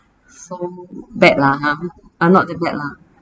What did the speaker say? so bad lah ah not that bad lah